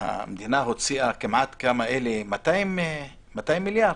הוציאה כמעט כמה, אלי, 200 מיליארד?